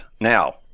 Now